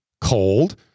cold